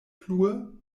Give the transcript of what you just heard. plue